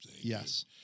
yes